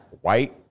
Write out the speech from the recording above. white